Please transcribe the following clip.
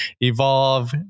evolve